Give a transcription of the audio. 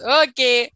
okay